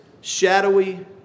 shadowy